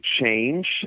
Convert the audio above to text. change